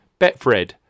Betfred